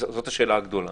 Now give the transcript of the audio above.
וזאת השאלה הגדולה.